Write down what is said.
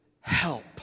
help